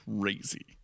crazy